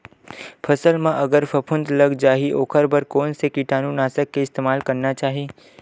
फसल म अगर फफूंद लग जा ही ओखर बर कोन से कीटानु नाशक के इस्तेमाल करना चाहि?